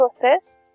process